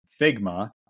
Figma